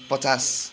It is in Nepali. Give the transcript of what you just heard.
पचास